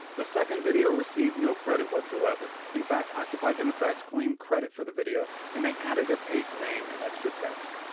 the second video received no credit whatsoever. in fact occupy democrats claimed credit for the video, and they added their page name and extra text.